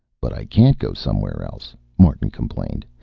but i can't go somewhere else, martin complained.